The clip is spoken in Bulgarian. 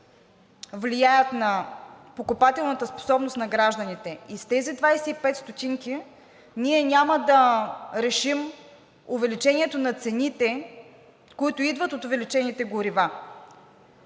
влияят на покупателната способност на гражданите и с тези 25 стотинки ние няма да решим увеличението на цените, които идват от увеличените горива.